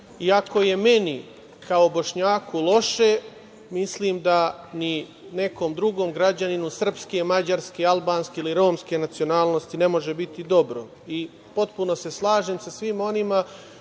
ako je meni kao Bošnjaku loše mislim da ni nekom drugom građaninu srpske, mađarske, albanske ili romske nacionalnosti ne može biti dobro i potpuno se slažem sa svima onima